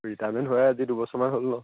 vitamin হয় আজি দুবছৰমান হ'ল নহ্